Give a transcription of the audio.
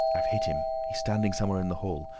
i've hit him. he's standing somewhere in the hall.